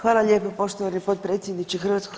Hvala lijepo poštovani potpredsjedniče HS.